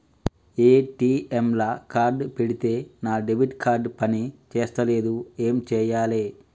ATM లా card పెడితే నా డెబిట్ కార్డ్ పని చేస్తలేదు ఏం చేయాలే?